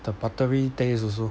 the buttery taste also